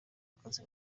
akazi